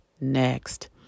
next